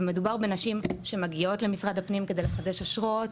ומדובר בנשים שמגיעות למשרד הפנים כדי לחדש אשרות.